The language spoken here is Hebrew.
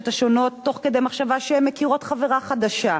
השונות תוך כדי מחשבה שהן מכירות חברה חדשה,